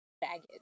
baggage